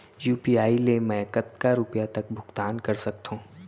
UPI ले मैं कतका रुपिया तक भुगतान कर सकथों